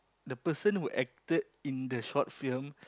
the person who acted in the short film